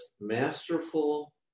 masterful